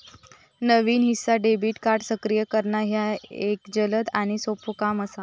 नवीन visa debit card सक्रिय करणा ह्या एक जलद आणि सोपो काम असा